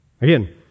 Again